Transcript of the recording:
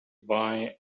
buy